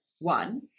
one